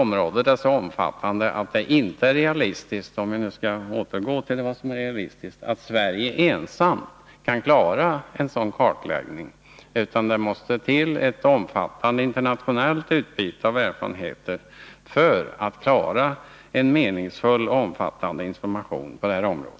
Området är så omfattande att det inte är realistiskt att Sverige ensamt försöker klara en sådan kartläggning, utan det måste till ett omfattande internationellt utbyte av erfarenheter för att klara en meningsfull och omfattande information på detta område.